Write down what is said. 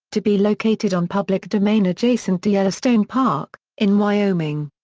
to be located on public domain adjacent to yellowstone park, in wyoming.